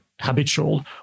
habitual